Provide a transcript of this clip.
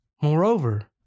Moreover